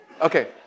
Okay